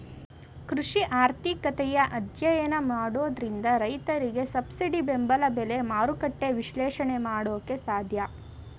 ಕೃಷಿ ಆರ್ಥಿಕತೆಯ ಅಧ್ಯಯನ ಮಾಡೋದ್ರಿಂದ ರೈತರಿಗೆ ಸಬ್ಸಿಡಿ ಬೆಂಬಲ ಬೆಲೆ, ಮಾರುಕಟ್ಟೆ ವಿಶ್ಲೇಷಣೆ ಮಾಡೋಕೆ ಸಾಧ್ಯ